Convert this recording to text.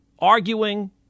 Arguing